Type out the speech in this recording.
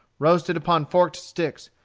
roasted upon forked sticks,